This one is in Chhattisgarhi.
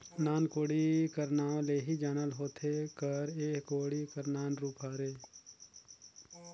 नान कोड़ी कर नाव ले ही जानल होथे कर एह कोड़ी कर नान रूप हरे